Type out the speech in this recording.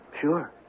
Sure